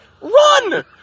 run